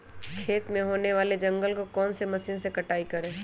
खेत में होने वाले जंगल को कौन से मशीन से कटाई करें?